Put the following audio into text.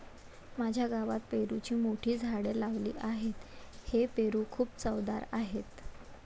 माझ्या गावात पेरूची मोठी झाडे लावली आहेत, हे पेरू खूप चवदार आहेत